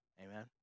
Amen